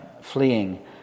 fleeing